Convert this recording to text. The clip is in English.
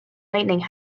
lightning